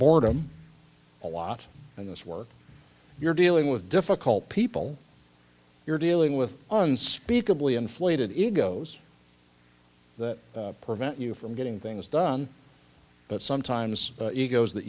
boredom a lot of this work you're dealing with difficult people you're dealing with unspeakably inflated egos that prevent you from getting things done but sometimes egos that